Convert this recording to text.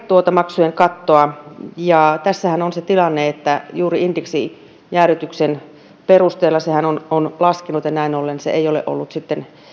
lääkemaksujen kattoa tässähän on se tilanne että juuri indeksijäädytyksen perusteella se on laskenut ja näin ollen se ei ole ollut sitten